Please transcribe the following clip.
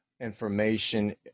information